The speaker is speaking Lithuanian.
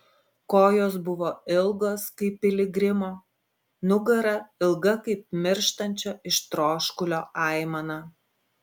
kojos buvo ilgos kaip piligrimo nugara ilga kaip mirštančio iš troškulio aimana